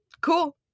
Cool